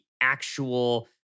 actual